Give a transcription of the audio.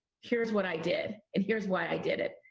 here's what i did and here's why i did it.